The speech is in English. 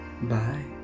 bye